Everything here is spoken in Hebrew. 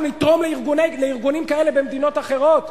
אנחנו נתרום לארגונים כאלה במדינות אחרות?